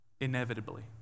Inevitably